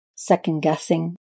second-guessing